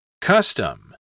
Custom